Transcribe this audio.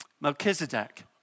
Melchizedek